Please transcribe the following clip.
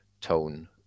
tone